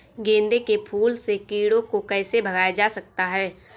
गेंदे के फूल से कीड़ों को कैसे भगाया जा सकता है?